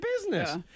business